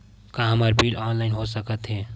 का हमर bill online हो सकत हे?